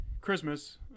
Christmas